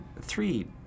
Three